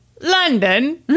London